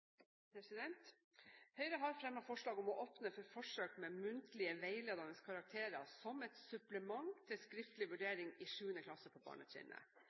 til. Høyre har fremmet forslag om å åpne for forsøk med muntlige, veiledende karakterer som et supplement til skriftlig vurdering i 7. klasse på barnetrinnet.